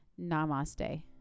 Namaste